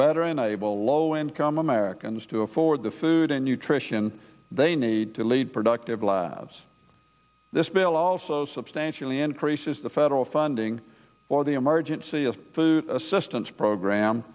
better enable low income americans to afford the food and nutrition they need to lead productive lives this bill also substantially increases the federal funding for the emergency food assistance program